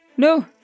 No